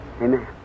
Amen